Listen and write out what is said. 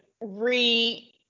re